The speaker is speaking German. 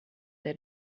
der